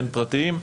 בין פרטיים,